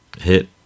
hit